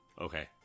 okay